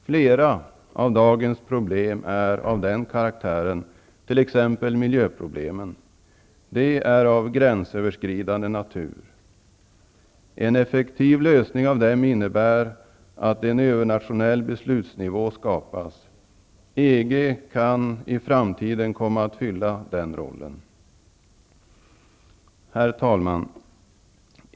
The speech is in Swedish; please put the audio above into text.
Flera av dagens problem är av den karaktären, t.ex. miljöproblemen. De är av gränsöverskridande natur. En effektiv lösning av dem innebär att en övernationell beslutsnivå skapas. EG kan i framtiden komma att spela den rollen. Herr talman!